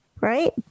right